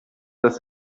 dass